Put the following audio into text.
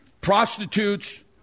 prostitutes